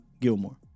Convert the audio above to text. Gilmore